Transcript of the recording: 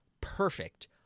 perfect